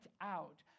out